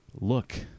look